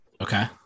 Okay